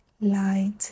light